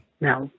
No